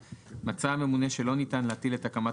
(ו)מצא הממונה שלא ניתן להטיל את הקמת